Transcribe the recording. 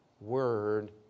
word